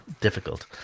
difficult